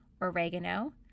oregano